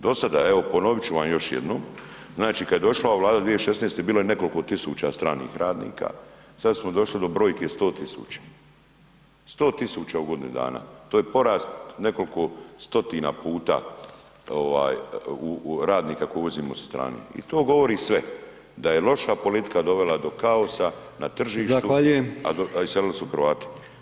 Do sada, evo ponovit ću vam još jednom, znači kad je došla ova Vlada 2016. bilo je nekoliko tisuća stranih radnika, sada smo došli do brojke 100.000, 100.000 u godini dana, to je porast nekoliko stotina puta radnika koje uvozimo sa strane i to govori sve, da je loša politika dovela do kaosa na tržištu, a iselili su Hrvati.